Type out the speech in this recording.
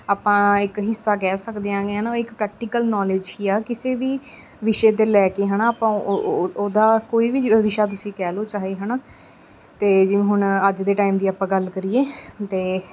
ਆਪਾਂ ਇੱਕ ਹਿੱਸਾ ਕਹਿ ਸਕਦੇ ਹੈਗੇ ਹੈ ਨਾ ਇੱਕ ਪ੍ਰੈਕਟੀਕਲ ਨੌਲੇਜ ਹੀ ਆ ਕਿਸੇ ਵੀ ਵਿਸ਼ੇ ਦੇ ਲੈ ਕੇ ਹੈ ਨਾ ਆਪਾਂ ਉਹਦਾ ਕੋਈ ਵੀ ਜੋ ਵਿਸ਼ਾ ਤੁਸੀਂ ਕਹਿ ਲਓ ਚਾਹੇ ਹੈ ਨਾ ਅਤੇ ਜਿਵੇਂ ਹੁਣ ਅੱਜ ਦੇ ਟਾਈਮ ਦੀ ਆਪਾਂ ਗੱਲ ਕਰੀਏ ਅਤੇ